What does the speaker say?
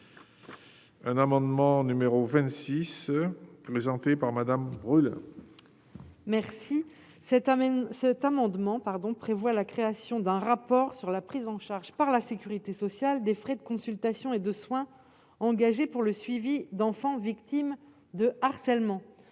un amendement numéro 26 heures présenté par Madame brûle. Merci cet cet amendement pardon, prévoit la création d'un rapport sur la prise en charge par la Sécurité sociale, des frais de consultation et de soins engagés pour le suivi d'enfants victimes de harcèlement,